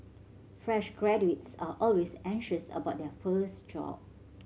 fresh graduates are always anxious about their first job